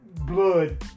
blood